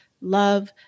love